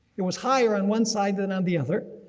it was higher on one side than on the other.